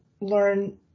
learn